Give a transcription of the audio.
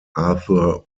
arthur